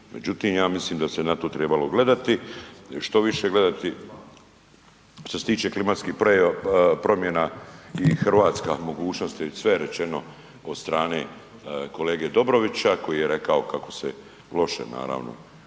međutim ja mislim da se na to trebalo gledati, štoviše gledati. Što se tiče klimatskih promjena i Hrvatska mogućnosti, sve je rečeno od strane kolege Dobrovića koji je rekao kako se loše naravno